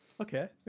okay